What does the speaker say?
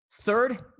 Third